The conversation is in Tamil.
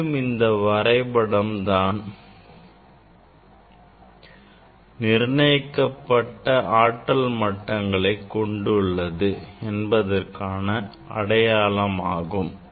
மேலும் இந்த வரைபடம் தான் அணுக்கள் நிர்ணயிக்கப்பட்ட ஆற்றல் மட்டங்களை கொண்டுள்ளது என்பதற்கான அடையாளமாகும்